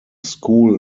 school